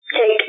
take